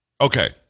Okay